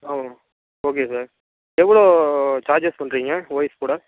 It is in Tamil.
ஆ ஓகே சார் எவ்வளோ சார்ஜஸ் பண்ணுறிங்க ஓஎஸ் போட